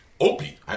Opie